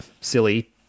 silly